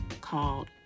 called